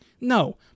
No